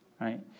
right